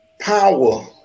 power